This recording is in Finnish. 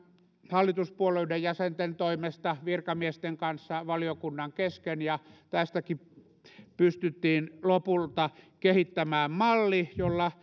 hallituspuolueiden jäsenten toimesta virkamiesten kanssa valiokunnan kesken ja tästäkin pystyttiin lopulta kehittämään malli jolla